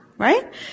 right